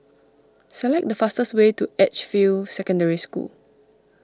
select the fastest way to Edgefield Secondary School